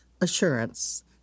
assurance